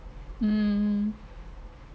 mm